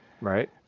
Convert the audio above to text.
right